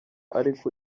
ariko